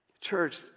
Church